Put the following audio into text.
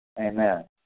Amen